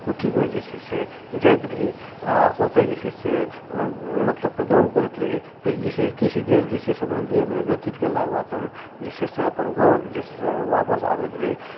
कुटीमे जे छै से जाइत रही आ ओतए जे छै से मतलब प्रोग्राम करैत रही फेर जे छै से किछ देर जे छै से मन्दिरमे व्यतीत केलाके बाद हम जे छै से अपन घर जे छै से आपस आबैत रही